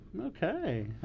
Okay